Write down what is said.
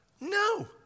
No